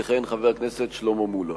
יכהן חבר הכנסת שלמה מולה.